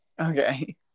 Okay